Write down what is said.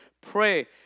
Pray